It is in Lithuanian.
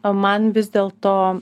o man vis dėl to